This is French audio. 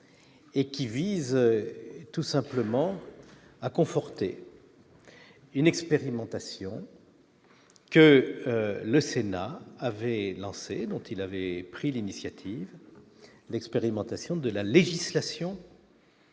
et qui vise tout simplement à conforter une expérimentation que le Sénat avait lancé dont il avait pris l'initiative d'expérimentation de la législation